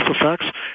effects